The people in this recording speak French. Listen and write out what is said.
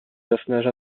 personnage